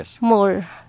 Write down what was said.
more